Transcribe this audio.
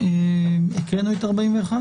סעיף 41